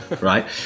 right